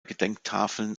gedenktafeln